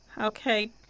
Okay